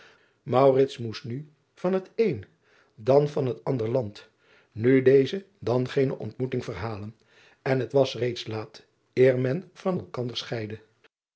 moest nu van het een dan van het ander laad nu deze dan gene ontmoeting verhalen en het was reeds laat eer men van